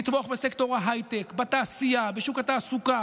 שיושבים אל תוך השעות של הלילה כדי להפוך כל אבן,